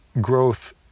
growth